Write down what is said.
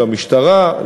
למשטרה,